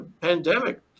pandemic